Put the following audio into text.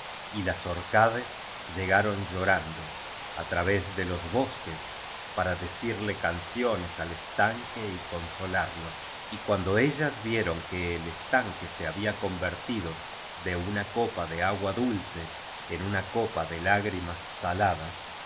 y las orcades llegaron llorando á través de los bosques para decirle canciones al estanque y consolarlo y cuando ellas vieron que el estanque se bahía convertido de una copa de agua dulce en una copa de lágrimas saladas